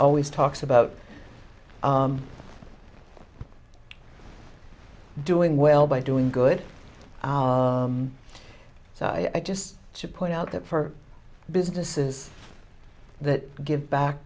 always talks about doing well by doing good so i just to point out that for businesses that give back